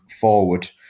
forward